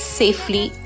safely